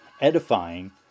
edifying